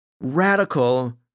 radical